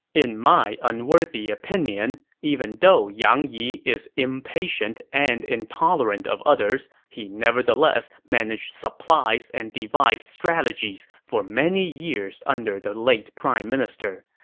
in my unworthy opinion, even though yang yi is impatient and intolerant of others, he nevertheless managed supplies and devised strategies for many years under the late prime minister.